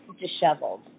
disheveled